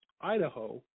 Idaho